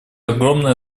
огромная